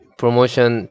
promotion